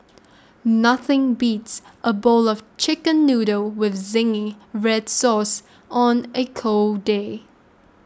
nothing beats a bowl of Chicken Noodles with Zingy Red Sauce on a cold day